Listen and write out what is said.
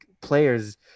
players